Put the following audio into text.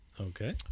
Okay